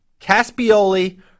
Caspioli